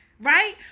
right